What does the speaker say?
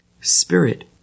spirit